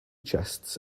chests